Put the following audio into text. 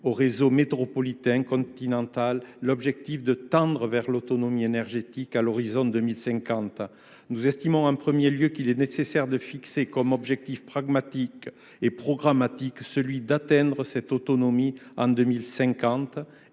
au réseau métropolitain continental l’objectif de tendre vers l’autonomie énergétique à l’horizon 2050. En premier lieu, nous estimons qu’il est nécessaire de fixer comme objectif programmatique celui d’atteindre cette autonomie en 2050.